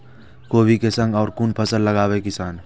कोबी कै संग और कुन फसल लगावे किसान?